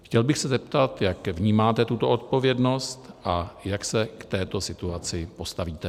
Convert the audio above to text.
Chtěl bych se zeptat, jak vnímáte tuto odpovědnost a jak se k této situaci postavíte.